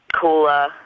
cooler